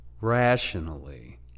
rationally